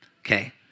Okay